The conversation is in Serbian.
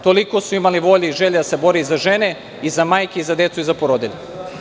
Toliko su imali volje i želje da se bore za žene i za majke i za decu i za porodilje.